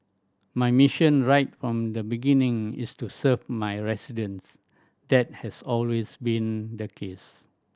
my mission right from the beginning is to serve my residents that has always been the case